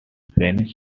spanish